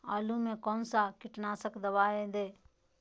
आलू में कौन सा कीटनाशक दवाएं दे?